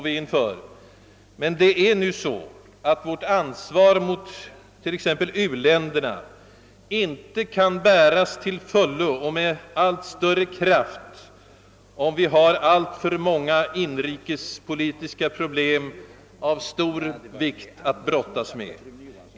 Emellertid kan vårt ansvar mot uländerna inte bäras till fullo och med allt större kraft, om vi har alltför många svåra och stora inrikespolitiska problem att brottas med.